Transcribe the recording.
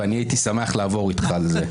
והייתי שמח לעבור איתך על זה.